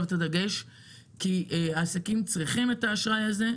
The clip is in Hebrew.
את הדגש כי העסקים צריכים את האשראי הזה,